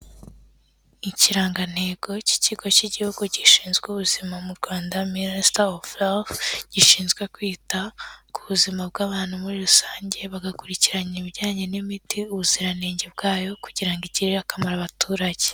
Ikirangantego cy'ikigo cy'igihugu gishinzwe ubuzima mu Rwanda minisita ofu helifu gishinzwe kwita ku buzima bw'abantu muri rusange bagakurikirana ibijyanye n'imiti ubuziranenge bwayo kugira ngo igirire akamaro abaturage.